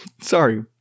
Sorry